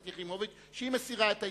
יחימוביץ היא שהיא מסירה את ההסתייגות.